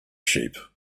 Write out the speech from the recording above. sheep